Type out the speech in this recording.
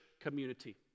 community